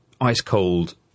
ice-cold